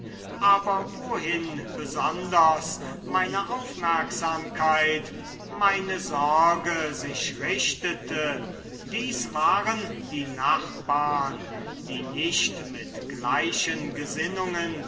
aber wohin besonders meine aufmerksamkeit meine sorge sich richtete dies waren die nachbarn die nicht mit gleichen gesinnungen